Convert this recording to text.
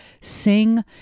sing